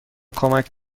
کمک